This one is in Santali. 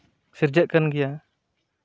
ᱥᱤᱨᱡᱟᱹᱜ ᱠᱟᱱ ᱜᱮᱭᱟ